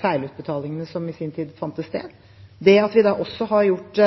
feilutbetalingene som i sin tid fant sted. Det at vi også har gjort